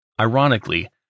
Ironically